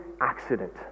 accident